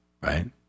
right